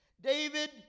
David